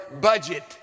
budget